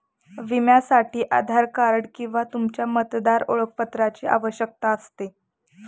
विम्यासाठी आधार कार्ड किंवा तुमच्या मतदार ओळखपत्राची आवश्यकता असते